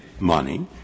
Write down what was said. money